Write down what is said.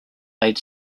laid